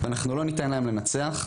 אנחנו לא ניתן להם לנצח,